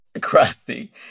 crusty